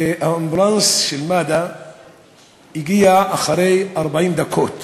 אמבולנס של מד"א הגיע 40 דקות